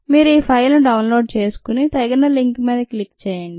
మీరు ఈ ఫైలును డౌన్ లోడ్ చేసుకొని తగిన లింక్ మీద క్లిక్ చేయండి